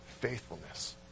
faithfulness